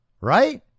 Right